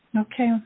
Okay